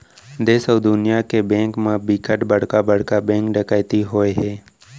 देस अउ दुनिया के बेंक म बिकट बड़का बड़का बेंक डकैती होए हे